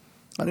יותר.